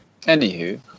Anywho